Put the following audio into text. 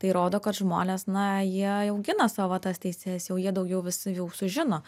tai rodo kad žmonės na jie jau gina savo tas teises jau jie daugiau vis jau sužino